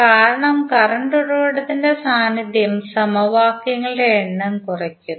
കാരണം കറന്റ് ഉറവിടത്തിന്റെ സാന്നിധ്യം സമവാക്യങ്ങളുടെ എണ്ണം കുറയ്ക്കുന്നു